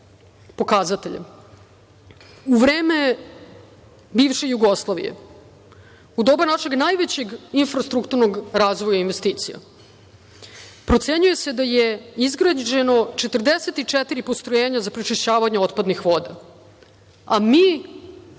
u vreme bivše Jugoslavije, u doba našeg najvećeg infrastrukturnog razvoja investicija, procenjuje se da je izgrađeno 44 postrojenja za prečišćavanje otpadnih voda, a mi